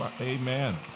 Amen